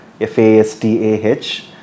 F-A-S-T-A-H